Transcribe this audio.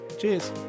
Cheers